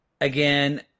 again